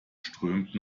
strömt